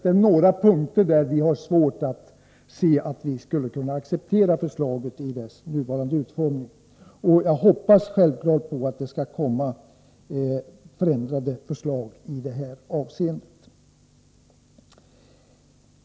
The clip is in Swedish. Detta är några punkter där vi har svårt att kunna acceptera förslaget i dess nuvarande utformning. Jag hoppas självfallet att det skall komma förenklade förslag i detta avseende.